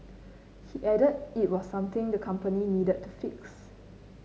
he added it was something the company needed to fix